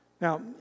Now